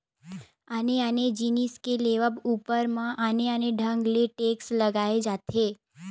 आने आने जिनिस के लेवब ऊपर म आने आने ढंग ले टेक्स लगाए जाथे